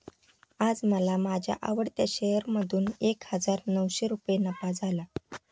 आज मला माझ्या आवडत्या शेअर मधून एक हजार नऊशे रुपये नफा झाला